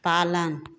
पालन